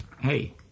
hey